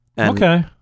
Okay